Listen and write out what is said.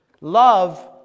love